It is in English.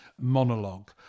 monologue